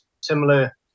similar